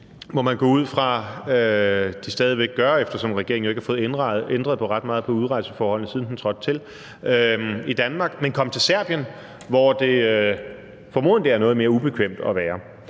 må man gå ud fra de stadig væk gør, eftersom regeringen jo ikke har fået ændret ret meget på udrejseforholdene, siden den trådte til – i Danmark, men komme til Serbien, hvor det formodentlig er noget mere ubekvemt at være.